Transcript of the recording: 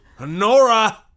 Honora